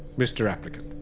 mr applicant,